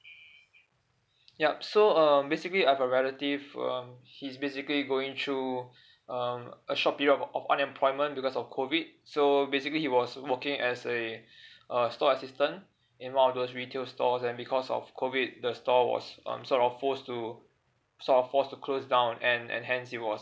yup so um basically I've a relative um he's basically going through um a short period of of unemployment because of COVID so basically he was working as a a store assistant in one of those retail stores and because of COVID the store was um sort of forced to sort of forced to close down and and hence he was